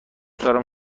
دارم